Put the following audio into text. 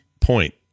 point